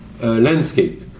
landscape